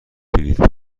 بلیط